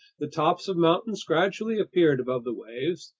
the tops of mountains gradually appeared above the waves,